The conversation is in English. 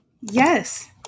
Yes